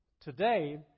Today